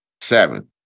Seven